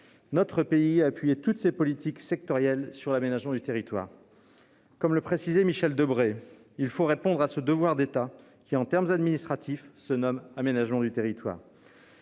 notre pays a appuyé toutes ses politiques sectorielles sur l'aménagement du territoire. Comme le précisait Michel Debré :« Il faut répondre à ce devoir d'État qui, en termes administratifs, se nomme aménagement du territoire.